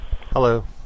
Hello